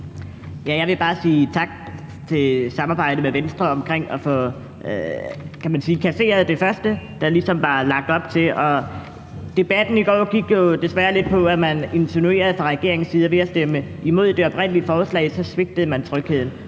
Jeg vil bare sige tak for samarbejdet med Venstre om at få kasseret det, der først var lagt op til. Debatten i går gik desværre lidt på, at man fra regeringens side insinuerede, at ved at stemme imod det oprindelige forslag svigtede man trygheden,